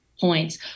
Points